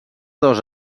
dos